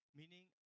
meaning